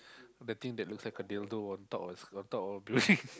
the thing that looks like dildo on top of on top of a building